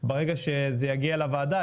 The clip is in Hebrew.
ברגע שזה יגיע לוועדה,